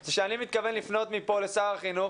זה שאני מתכוון לפנות מפה לשר החינוך,